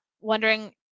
wondering